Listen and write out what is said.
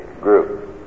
group